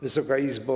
Wysoka Izbo!